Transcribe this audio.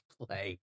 Play